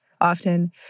often